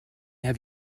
have